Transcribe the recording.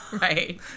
Right